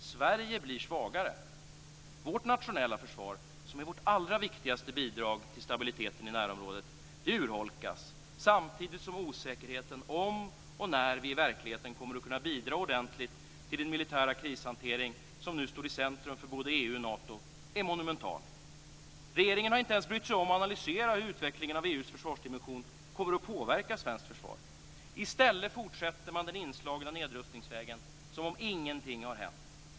Sverige blir svagare. Vårt nationella försvar, som är vårt allra viktigaste bidrag till stabiliteten i närområdet, urholkas samtidigt som osäkerheten om och när vi i verkligheten kommer ett kunna bidra ordentligt till den militära krishantering som nu står i centrum för både EU och Nato är monumental. Regeringen har inte ens brytt sig om att analysera hur utvecklingen av EU:s försvarsdimension kommer att påverka svenskt försvar. I stället fortsätter man på den inslagna nedrustningsvägen som om ingenting har hänt.